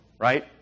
right